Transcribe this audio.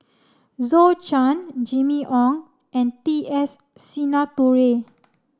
Zhou Can Jimmy Ong and T S Sinnathuray